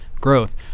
growth